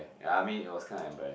and I mean it was kind of embarrassing